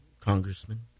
congressman